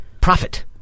profit